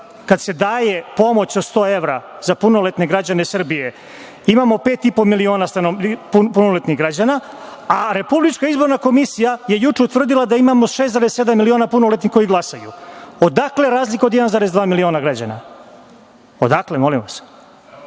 kad se daje pomoć od 100 evra za punoletne građane Srbije imamo 5,5 miliona punoletnih građana, a RIK je juče utvrdila da imamo 6,7 miliona punoletnih koji glasaju? Odakle razlika od 1,2 miliona građana? Odakle, molim vas?